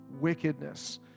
wickedness